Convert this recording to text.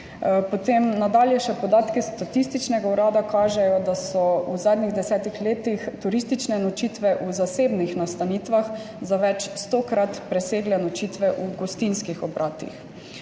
Potem nadalje še podatki Statističnega urada kažejo, da so v zadnjih 10 letih turistične nočitve v zasebnih nastanitvah za večstokrat presegle nočitve v gostinskih obratih.